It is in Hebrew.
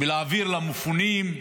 להעביר למפונים,